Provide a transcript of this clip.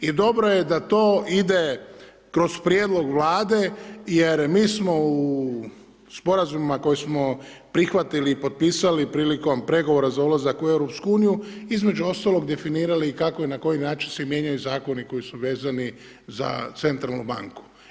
I dobro je da to ide kroz Prijedlog Vlade jer mi smo u Sporazumima koje smo prihvatili i potpisali prilikom pregovora za ulazak u EU, između ostaloga, definirali kako i na koji način se mijenjaju Zakoni koji su vezani za Centralnu banku.